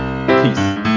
Peace